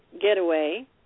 Getaway